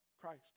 Christ